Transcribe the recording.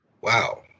Wow